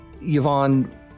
Yvonne